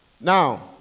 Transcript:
Now